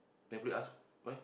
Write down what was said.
then police ask why